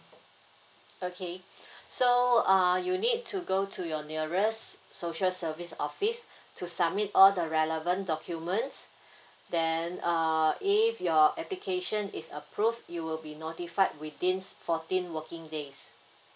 okay so uh you need to go to your nearest social service office to submit all the relevant documents then uh if your application is approve you'll be notified within fourteen working days